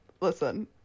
Listen